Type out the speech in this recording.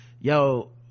yo